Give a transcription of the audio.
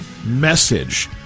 message